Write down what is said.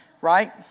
Right